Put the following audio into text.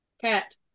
Cat